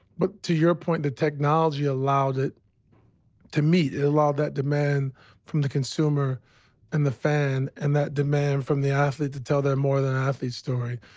but to your point, the technology allowed it to meet. it allowed that demand from the consumer and the fan. and that demand from the athlete to tell their more than an athlete story,